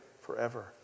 forever